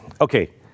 Okay